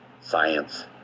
science